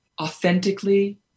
authentically